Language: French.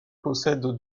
possède